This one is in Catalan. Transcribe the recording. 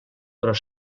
però